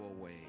away